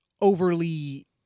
overly